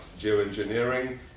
geoengineering